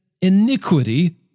iniquity